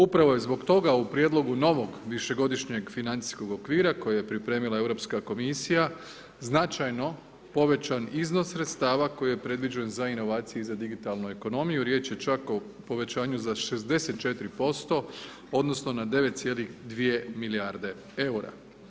Upravo je zbog toga u prijedlogu novog, višegodišnjeg financijskog okvira, koje je pripremila Europska komisija, značajno povećan iznos sredstava, koji je predviđen za inovacije i za digitalnu ekonomiju, riječ je čak o povećanju za 64% odnosno, na 9,2 milijarde eura.